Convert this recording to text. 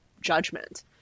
judgment